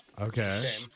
Okay